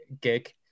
gig